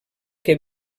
que